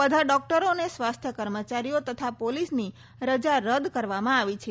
બધા ડોક્ટરો અને સ્વાસ્થ્ય કર્મચારીઓ તથા પોલીસની રજા રદ કરવામાં આવી છે